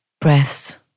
breaths